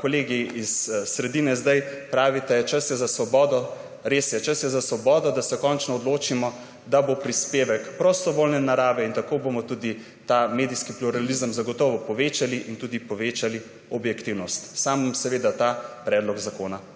kolegi iz sredine zdaj pravite, čas je za svobodo, res je, čas je za svobodo, da se končno odločimo, da bo prispevek prostovoljne narave. Tako bomo tudi ta medijski pluralizem zagotovo povečali in tudi povečali objektivnost. Sam bom seveda ta predlog zakona podprl.